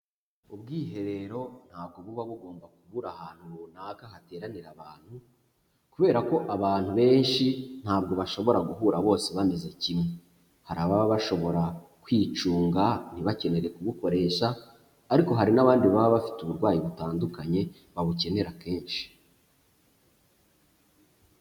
Ubwiherero ntabwo buba bugomba kubura ahantu runaka hateranira abantu, kubera ko abantu benshi ntabwo bashobora guhura bose bameze kimwe, hari ababa bashobora kwicunga ntibakerere kubukoresha, ariko haba hari n'abandi baba bafite uburwayi butandukanye babukenera kenshi.